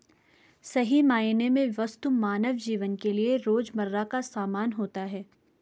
सही मायने में वस्तु मानव जीवन के लिये रोजमर्रा का सामान होता है